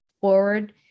forward